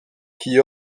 qui